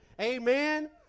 Amen